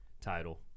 title